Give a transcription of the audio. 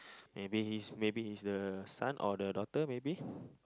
maybe he's maybe he's the son or the daughter maybe